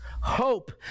hope